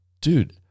Dude